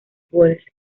goles